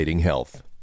health